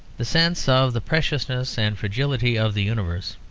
the sense of the preciousness and fragility of the universe,